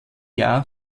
jahr